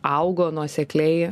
augo nuosekliai